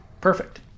Perfect